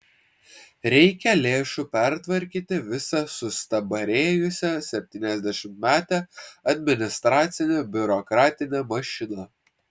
reikia lėšų pertvarkyti visą sustabarėjusią septyniasdešimtmetę administracinę biurokratinę mašiną